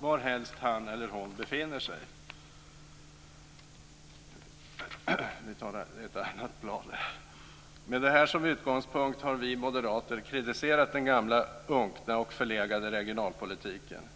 varhelst han eller hon befinner sig. Med detta som utgångspunkt har vi moderater kritiserat den gamla, unkna och förlegade regionalpolitiken.